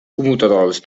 commutadors